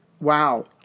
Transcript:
Wow